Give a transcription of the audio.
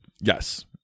Yes